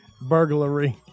Burglary